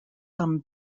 some